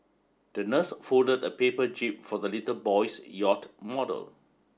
the nurse folded a paper jib for the little boy's yacht model